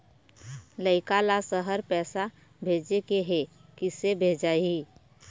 लइका ला शहर पैसा भेजें के हे, किसे भेजाही